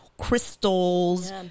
Crystals